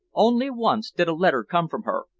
only once did a letter come from her,